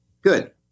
Good